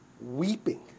weeping